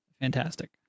fantastic